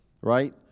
Right